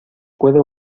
puedo